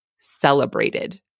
celebrated